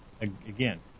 again